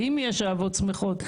האם יש אהבות שמחות?